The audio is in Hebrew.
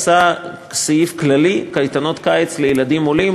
עשה סעיף כללי: קייטנות קיץ לילדים עולים,